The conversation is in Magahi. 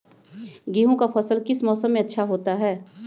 गेंहू का फसल किस मौसम में अच्छा होता है?